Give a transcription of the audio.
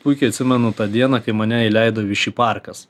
puikiai atsimenu tą dieną kai mane įleido viši parkas